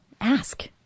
ask